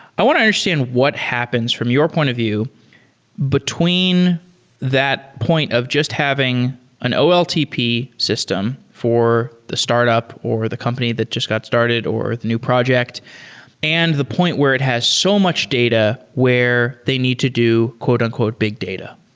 i want to understand what happens from your point of view between that point of just having an oltp system for the startup or the company that just got started or the new project and the point where it has so much data where they need to do and big data